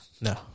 No